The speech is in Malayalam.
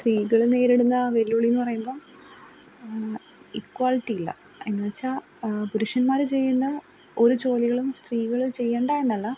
സ്ത്രീകൾ നേരിടുന്ന വെല്ലുവിളി എന്ന് പറയുമ്പം ഇക്വാലിറ്റി ഇല്ല എന്ന് വെച്ചാൽ പുരുഷന്മാർ ചെയ്യുന്ന ഒരു ജോലികളും സ്ത്രീകൾ ചെയ്യേണ്ട എന്നല്ല